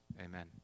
Amen